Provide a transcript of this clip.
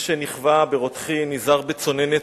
שנכווה ברותחין נזהר בצונני צוננין.